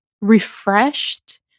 refreshed